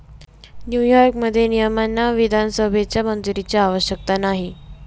न्यूयॉर्कमध्ये, नियमांना विधानसभेच्या मंजुरीची आवश्यकता नाही